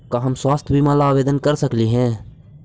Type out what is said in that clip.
का हम स्वास्थ्य बीमा ला आवेदन कर सकली हे?